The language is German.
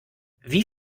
wie